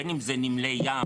בין אם זה נמלי ים,